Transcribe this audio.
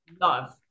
Love